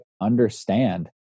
understand